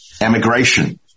emigration